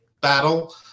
battle